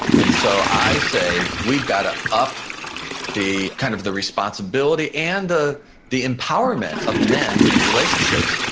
and so i say we've got to up the kind of the responsibility and the the empowerment of men in relationships.